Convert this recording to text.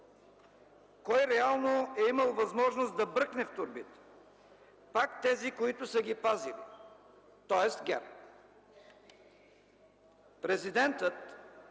Кой реално е имал възможност да бръкне в торбите? Пак тези, които са ги пазили, тоест ГЕРБ. Президентът